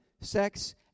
sex